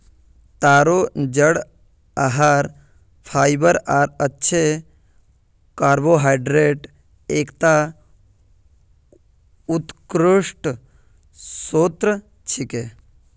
तारो जड़ आहार फाइबर आर अच्छे कार्बोहाइड्रेटक एकता उत्कृष्ट स्रोत छिके